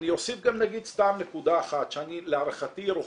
אני אוסיף גם נקודה אחת שלהערכתי היא רוחבית.